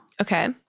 Okay